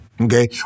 Okay